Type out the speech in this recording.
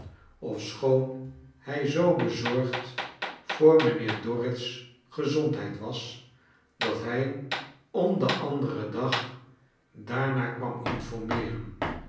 ofschoon hij zoo bezorgd voor mijnheer dorrit's gegezondheid was dat hij om den anderen dag daarnaar kwam informeeren